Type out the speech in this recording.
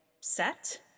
set